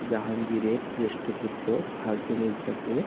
জাহাঙ্গীরের জ্যেষ্ঠ পুত্র খসরু মির্জাকে